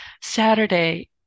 Saturday